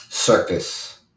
Circus